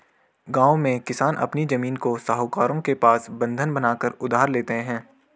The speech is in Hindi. गांव में किसान अपनी जमीन को साहूकारों के पास बंधक बनाकर उधार लेते हैं